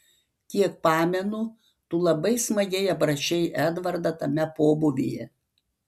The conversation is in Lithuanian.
kiek pamenu tu labai smagiai aprašei edvardą tame pobūvyje